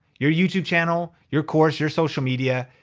your youtube channel, your course, your social media,